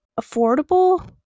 affordable